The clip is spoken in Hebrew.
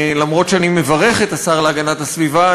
אף שאני מברך את השר להגנת הסביבה,